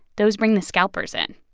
those bring the scalpers in.